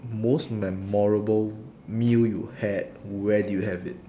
most memorable meal you had where did you have it